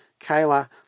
Kayla